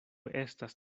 estas